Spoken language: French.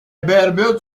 bermudes